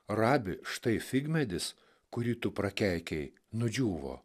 rabi štai figmedis kurį tu prakeikei nudžiūvo